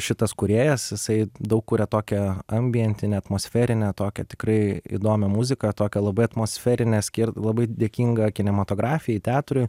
šitas kūrėjas jisai daug kuria tokią ambientinę atmosferinę tokią tikrai įdomią muziką tokią labai atmosferinę skir labai dėkingą kinematografijai teatrui